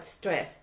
stress